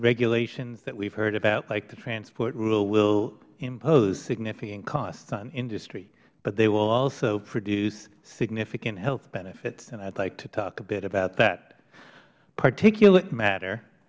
regulations that we have heard about like the transport rule will impose significant costs on industry but they will also produce significant health benefits and i would like to talk a bit about that particulate matter